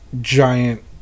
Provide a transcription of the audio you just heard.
giant